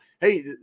hey